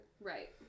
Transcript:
Right